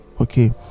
okay